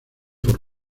por